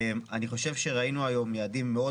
אני חושב שראינו היום יעדים מאוד